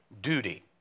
duty